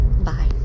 Bye